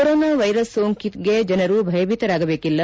corona virus ಸೋಂಕಿಗೆ ಜನರು ಭಯಭೀತರಾಗಬೇಕಿಲ್ಲ